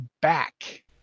back